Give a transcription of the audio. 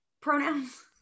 pronouns